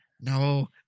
No